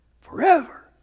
forever